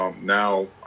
now